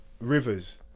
rivers